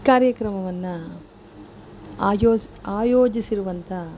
ಕಾರ್ಯಕ್ರಮವನ್ನು ಆಯೋಸ್ ಆಯೋಜಿಸಿರುವಂಥ